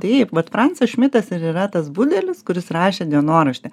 taip vat francas šmitas ir yra tas budelis kuris rašė dienoraštį